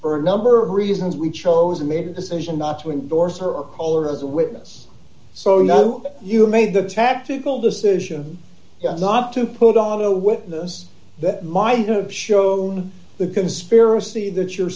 for a number of reasons we chose and made a decision not to endorse her or color as a witness so you know you made the tactical decision not to put on a witness that might have shown the conspiracy that you're